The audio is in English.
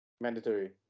Mandatory